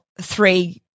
three